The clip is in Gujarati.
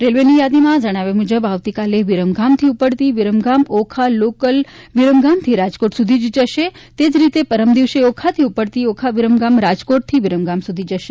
રેલવેની યાદીમાં જણાવ્યા મુજબ આવતીકાલે વીરમગામથી ઉપડતી વીરમગામ ઓખા લોકલ વીરમગામથી રાજકોટ સુધી જ જશે તે જ રીતે પરમ દિવસે ઓખાથી ઉપડતી ઓખા વીરમગામ રાજકોટથી વીરમગામ સુધી જશે